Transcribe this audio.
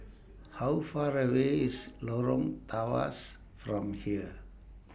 How Far away IS Lorong Tawas from here